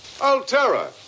Altera